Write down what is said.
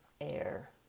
air